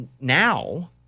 now